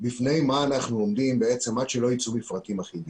בפני מה אנחנו עומדים עד שלא יצאו מפרטים אחידים.